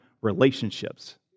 relationships